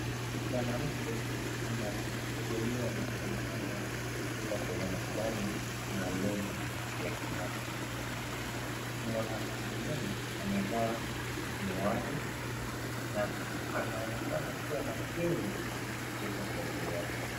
Mwanamke, amamhudumia mtoto mchanga katika sehemu fulani maalum ya kiafya. Mwanamke mwenyewe amevaa miwani na anaonekana kuwa makini katika kazi yake.